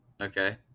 okay